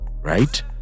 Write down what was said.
Right